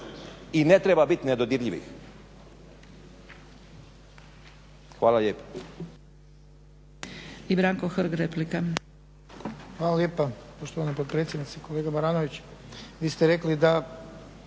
I ne treba biti nedodirljivih. Hvala lijepo.